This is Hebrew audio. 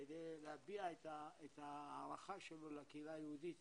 כדי להביע את ההערכה שלו לקהילה היהודית